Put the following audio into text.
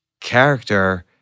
character